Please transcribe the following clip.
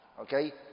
Okay